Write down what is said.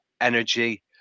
energy